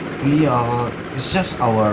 we are it's just our